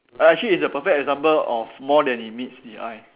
uh actually it's a perfect example of more than it meets the eye